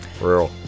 Real